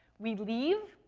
we leave,